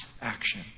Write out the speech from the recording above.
action